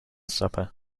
supper